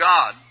God